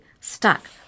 stuck